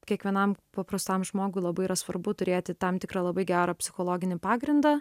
kiekvienam paprastam žmogui labai yra svarbu turėti tam tikrą labai gerą psichologinį pagrindą